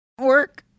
work